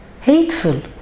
hateful